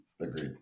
Agreed